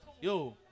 Yo